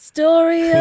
Story